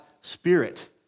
Spirit